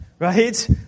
Right